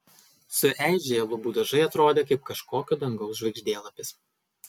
sueižėję lubų dažai atrodė kaip kažkokio dangaus žvaigždėlapis